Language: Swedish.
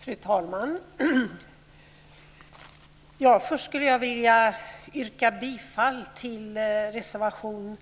Fru talman! Först skulle jag vilja yrka bifall till reservation